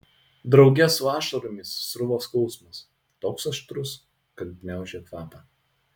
drauge su ašaromis sruvo skausmas toks aštrus kad gniaužė kvapą